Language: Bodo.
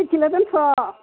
दसेल' दोन्थ'